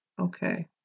okay